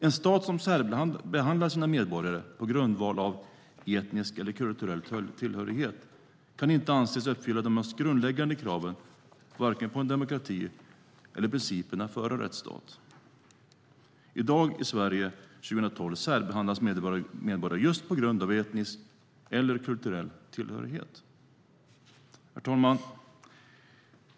En stat som särbehandlar sina medborgare på grundval av etnisk eller kulturell tillhörighet kan inte anses uppfylla de mest grundläggande kraven på en demokrati eller principerna för en rättsstat. I dag 2012 särbehandlas medborgare i Sverige just på grund av etnisk eller kulturell tillhörighet. Herr talman!